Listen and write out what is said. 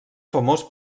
famós